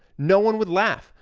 no one would laugh.